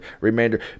remainder